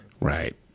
Right